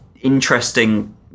interesting